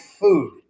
food